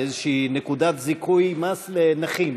איזו נקודת זיכוי במס לנכים,